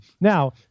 Now